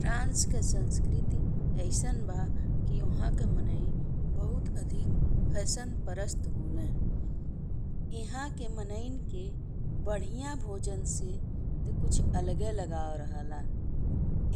France के संस्कृति अइसन बा कि ओहा के मनई बहुत अधिक फैशनपरस्त होले। इहाँ के मनईन के बढ़िया भोजन से ते कुछ अलग लगाव रहला।